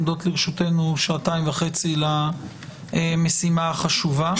עומדות לרשותנו שעתיים וחצי למשימה החשובה.